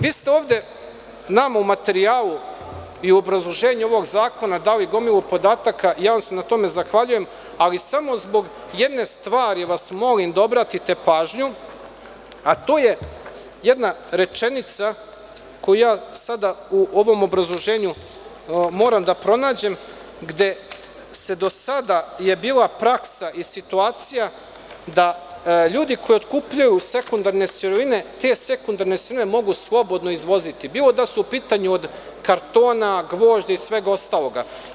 Vi ste ovde nama u materijalu i u obrazloženju ovog zakona dali gomilu podataka, ja vam se na tome zahvaljujem, ali samo zbog jedne stvari ja vas molim da obratite pažnju, a to je jedna rečenica koju ja sada u ovom obrazloženju moram da pronađem gde se do sada, je bila praksa i situacija da ljudi koji otkupljuju sekundarne sirovine te sekundarne sirovine mogu slobodno izvoziti bilo da su u pitanju od kartona, gvožđa i svega ostaloga.